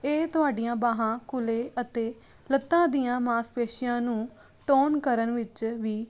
ਇਹ ਤੁਹਾਡੀਆਂ ਬਾਹਾਂ ਕੋਲੇ ਅਤੇ ਲੱਤਾਂ ਦੀਆਂ ਮਾਂਸਪੇਸ਼ੀਆਂ ਨੂੰ ਟੋਨ ਕਰਨ ਵਿੱਚ ਵੀ